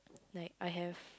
like I have